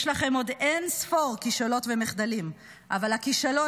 יש לכם עוד אין-ספור כישלונות ומחדלים אבל הכישלון